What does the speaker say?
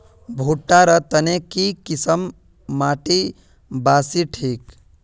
भुट्टा र तने की किसम माटी बासी ठिक?